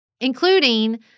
including